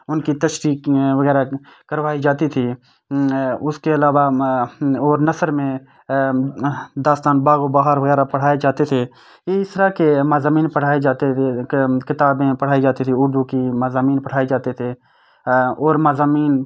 ان کی تشریح وغیرہ کروائی جاتی تھی اس کے علاوہ اور نثر میں داستان باغ و بہار وغیرہ پڑھایا جاتے تھے یہ اس طرح کے مضامین پڑھائے جاتے تھے کتابیں پڑھائی جاتی تھی اردو کی مضامین پڑھائے جاتے تھے اور مضامین